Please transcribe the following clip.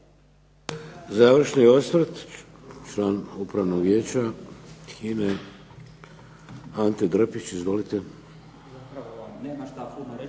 Završni osvrt član Upravnog vijeća HINA-e Ante Drpić. Izvolite.